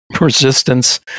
resistance